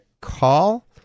call